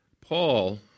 Paul